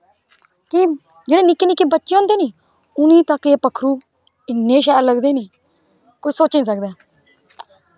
कि जेह्ड़े निक्के निक्के बच्चे होंदे नी उनें तां एह् पक्खरू इन्ने सैल लगदे नी करोई सोची नी सकदा ऐ